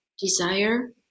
desire